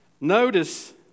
Notice